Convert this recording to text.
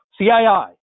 CII